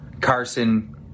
Carson